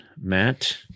Matt